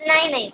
नाही नाही